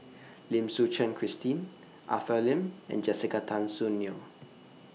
Lim Suchen Christine Arthur Lim and Jessica Tan Soon Neo